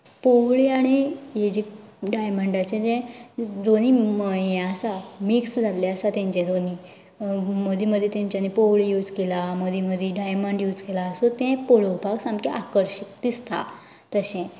पोंवळी आनी हेजी डायमंडांचे जे दोनी म हे आसा मिक्स जाल्ले आसा तेंचे दोनी मदीं मदीं तेंच्यानी पोंवळी यूज केला मदीं मदीं डायमंड यूज केल्या सो तें पळोवंक तें आकर्शीत दिसता तशें